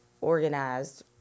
Organized